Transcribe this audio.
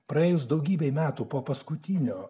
praėjus daugybei metų po paskutinio